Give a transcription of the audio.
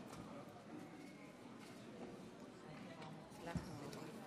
(חותם על ההצהרה)